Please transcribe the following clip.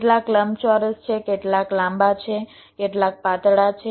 કેટલાક લંબચોરસ છે કેટલાક લાંબા છે કેટલાક પાતળા છે